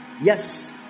yes